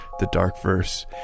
thedarkverse